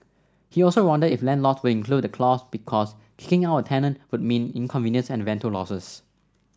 he also wondered if landlord would include the clause because kicking out a tenant would mean inconvenience and rental losses